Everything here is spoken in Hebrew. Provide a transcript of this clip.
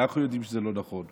אנחנו לא יודעים שזה לא נכון.